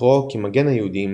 זכרו כמגן היהודים